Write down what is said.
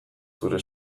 zure